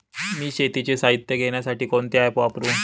मी शेतीचे साहित्य घेण्यासाठी कोणते ॲप वापरु?